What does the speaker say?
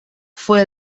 fue